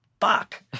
Fuck